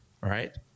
right